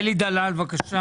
את גפני,